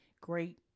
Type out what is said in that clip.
great